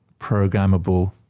programmable